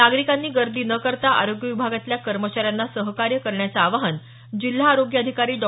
नागरिकांनी गर्दी न करता आरोग्य विभागातल्या कर्मचाऱ्यांना सहकार्य करण्याचं आवाहन जिल्हा आरोग्य अधिकारी डॉ